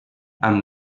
amb